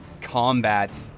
combat